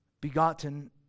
begotten